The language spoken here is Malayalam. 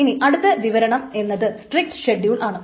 ഇനി അടുത്ത വിവരണം എന്നത് സ്ട്രിക്റ്റ് ഷെഡ്യൂൾ ആണ്